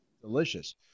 Delicious